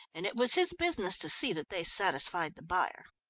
and it was his business to see that they satisfied the buyer.